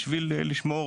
כדי לשמור